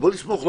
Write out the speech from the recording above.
בואו נסמוך.